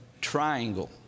triangle